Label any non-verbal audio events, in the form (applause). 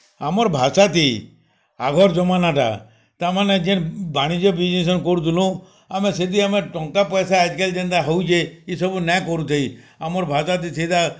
ଆମର୍ ଭାଷ ଟି ଆଗର୍ ଯମାନା ଟା ତାମାନେ ଯେନ୍ ବଣିଜ୍ୟା (unintelligible) କରୁଥୁଲୁ ଆମେ ସେଥି ଆମେ ଟଙ୍କା ପଇସା ଆଜି କାଲି ଯେନ୍ତା ହଉଛେ ଏଇ ସବୁ ନାଇଁ କରୁଥେଇ ଆମର୍ (unintelligible)